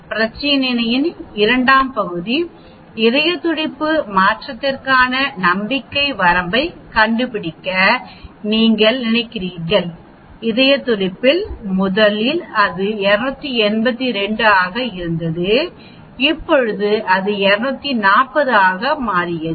பிரச்சினையின் இரண்டாம் பகுதி இதயத் துடிப்பு மாற்றத்திற்கான நம்பிக்கை வரம்பைக் கண்டுபிடிக்க நீங்கள் நினைக்கிறீர்கள் இதயத் துடிப்பில் முதலில் அது 282 ஆக இருந்தது இப்போது அது 240 ஆக மாறியது